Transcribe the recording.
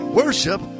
worship